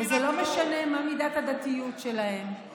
וזה לא משנה מה מידת הדתיות שלהם,